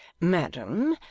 madam,